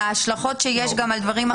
על ההשלכות שיש גם על דברים אחרים.